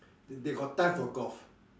they got time for golf